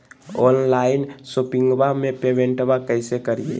Online शोपिंगबा में पेमेंटबा कैसे करिए?